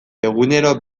egunero